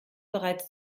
bereits